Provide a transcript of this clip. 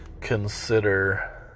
consider